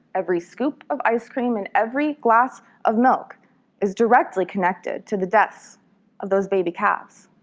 every scoop of ice cream and every glass of milk is directly connected to the deaths of those baby calves.